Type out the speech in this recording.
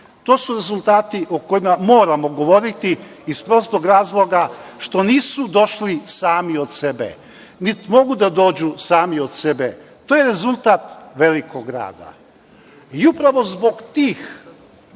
To su rezultati o kojima moramo govoriti, iz prostog razloga što nisu došli sami od sebe, niti mogu da dođu sami od sebe. To je rezultat velikog rada. Upravo zbog tih